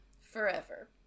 forever